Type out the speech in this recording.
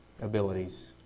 abilities